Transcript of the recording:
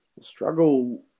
Struggle